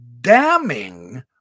damning